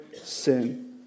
sin